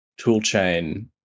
toolchain